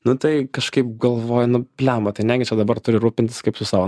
nu tai kažkaip galvoju nu blemba tai negi čia dabar turi rūpintis kaip su savo